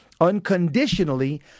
unconditionally